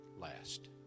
last